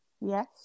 Yes